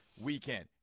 weekend